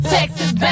Texas